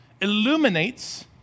illuminates